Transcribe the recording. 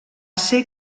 ser